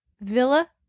Villa